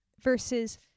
Versus